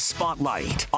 Spotlight